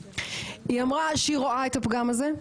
היא אמרה שהיא רואה את הפגם הזה,